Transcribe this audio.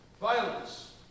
Violence